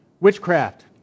Witchcraft